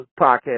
podcast